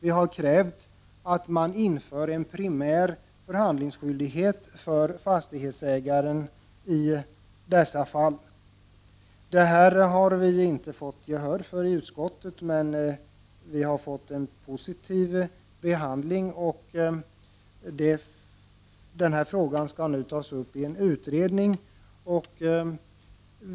Vi har krävt att man inför en primär förhandlingsskyldighet för fastighetsägaren i dessa fall. Detta har vi inte fått gehör för i utskottet, men förslaget har fått en positiv behandling. Denna fråga skall nu tas uppi en utredning.